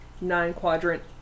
nine-quadrant